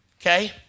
Okay